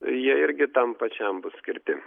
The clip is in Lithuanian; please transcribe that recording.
jie irgi tam pačiam bus skirti